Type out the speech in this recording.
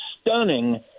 stunning